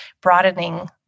broadening